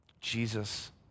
Jesus